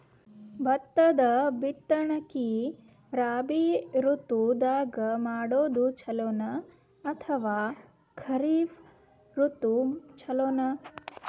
ಭತ್ತದ ಬಿತ್ತನಕಿ ರಾಬಿ ಋತು ದಾಗ ಮಾಡೋದು ಚಲೋನ ಅಥವಾ ಖರೀಫ್ ಋತು ಚಲೋನ?